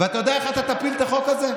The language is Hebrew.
ואתה יודע איך אתה תפיל את החוק הזה?